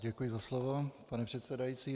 Děkuji za slovo, pane předsedající.